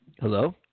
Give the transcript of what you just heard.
Hello